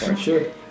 sure